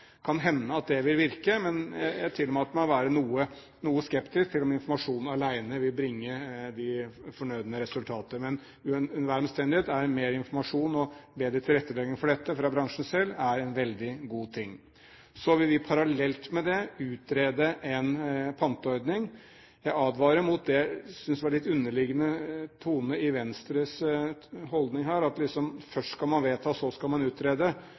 kan hende at det vil virke, men jeg tillater meg å være noe skeptisk til at informasjon alene vil bringe de fornødne resultater. Men under enhver omstendighet er mer informasjon og bedre tilrettelegging for dette fra bransjen selv en veldig god ting. Så vil vi parallelt med det utrede en panteordning. Jeg advarer mot det som jeg syntes var en litt underliggende tone i Venstres holdning her, at man først skal vedta, og så skal man utrede.